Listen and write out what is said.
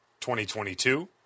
2022